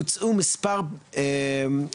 הוצעו מספר חלופות,